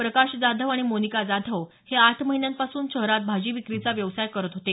प्रकाश जाधव आणि मोनिका जाधव हे आठ महिन्यांपासून शहरात भाजी विक्रीचा व्यवसाय करत होते